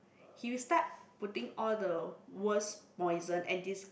he'll start putting all the worst poison and this